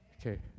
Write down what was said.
Okay